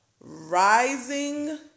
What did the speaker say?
rising